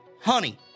honey